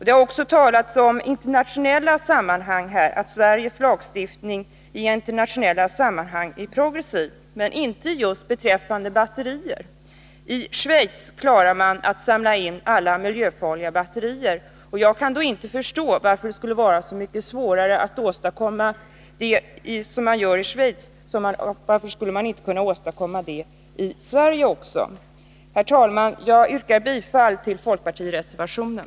Det har också talats om att Sveriges lagstiftning på det här området i internationella sammanhang är progressiv. Men så är inte fallet just beträffande batterier. I Schweiz klarar man att samla in alla miljöfarliga batterier. Jag kan inte förstå varför man inte skulle kunna åstadkomma detta också i Sverige. Herr talman! Jag yrkar bifall till folkpartireservationen.